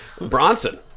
Bronson